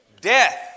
death